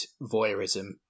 voyeurism